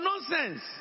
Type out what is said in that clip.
nonsense